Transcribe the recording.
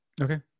Okay